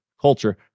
culture